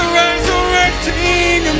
resurrecting